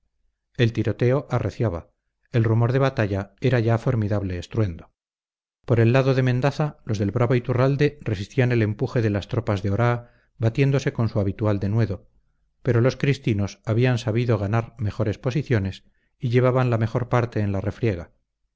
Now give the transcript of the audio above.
el tiroteo arreciaba el rumor de batalla era ya formidable estruendo por el lado de mendaza los del bravo iturralde resistían el empuje de las tropas de oraa batiéndose con su habitual denuedo pero los cristinos habían sabido ganar mejores posiciones y llevaban la mejor parte en la refriega